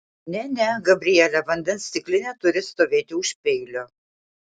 ne ne gabriele vandens stiklinė turi stovėti už peilio